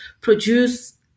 produce